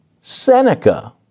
Seneca